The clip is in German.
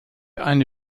eine